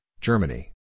Germany